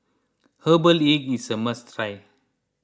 Herbal Egg is a must try